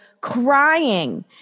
crying